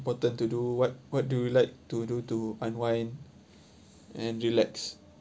important to do what what do you like to do to unwind and relax